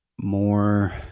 more